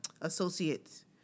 associates